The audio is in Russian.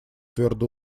твердо